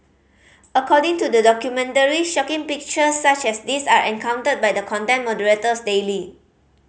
according to the documentary shocking pictures such as these are encountered by the content moderators daily